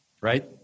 right